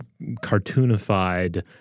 cartoonified